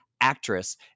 actress